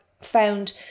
found